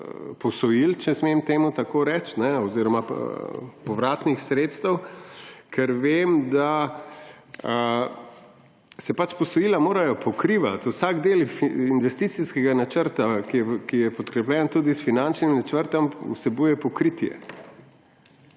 posojil, če smem temu tako reči, oziroma povratnih sredstev, ker vem, da se posojila morajo pokrivati. Vsak del investicijskega načrta, ki je podkrepljen tudi s finančnim načrtom, vsebuje pokritje.